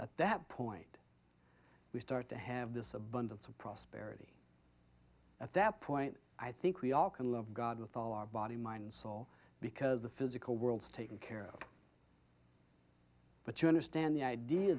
at that point we start to have this abundance of prosperity at that point i think we all can love god with all our body mind and soul because the physical world is taken care of but you understand the idea